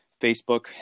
facebook